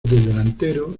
delantero